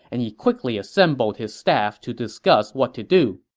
and he quickly assembled his staff to discuss what to do.